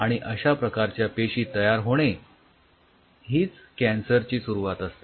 आणि अश्या प्रकारच्या पेशी तयार होणे हीच कँसरची सुरुवात असते